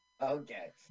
Okay